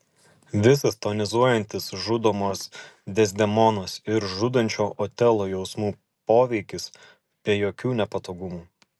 visas tonizuojantis žudomos dezdemonos ir žudančio otelo jausmų poveikis be jokių nepatogumų